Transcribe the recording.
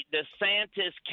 DeSantis